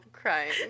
crying